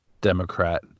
Democrat